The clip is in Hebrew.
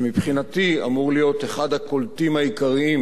שמבחינתי אמור להיות אחד הקולטים העיקריים